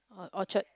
or Orchard